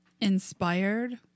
inspired